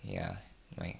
ya right